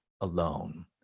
alone